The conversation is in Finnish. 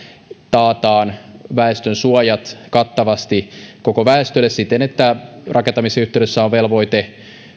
taataan väestönsuojat kattavasti koko väestölle siten että rakentamisen yhteydessä on velvoite